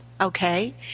okay